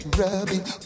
rubbing